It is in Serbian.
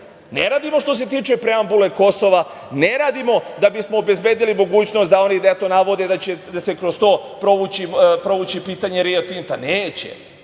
ne radimo što se tiče preambule Kosova, ne radimo da bismo obezbedili mogućnost da oni, eto navode da će se kroz to provući pitanje „Rio Tinta“. Neće.